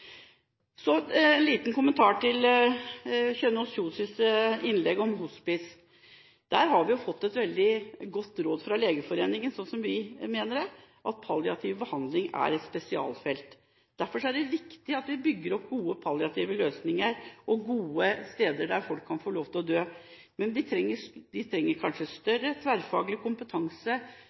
Så en liten kommentar til Kjønaas Kjos’ innlegg om hospice. Der har vi fått et veldig godt råd fra Legeforeningen slik vi ser det, at palliativ behandling er et spesialfelt. Derfor er det viktig at vi bygger opp gode palliative løsninger og gode steder der folk kan få lov til å dø, men disse stedene trenger kanskje større tverrfaglig kompetanse